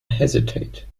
hesitate